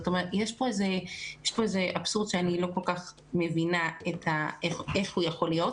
יש פה איזה אבסורד שאני לא כל כך מבינה איך הוא יכול להיות.